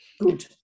good